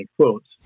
quotes